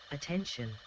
Attention